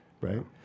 right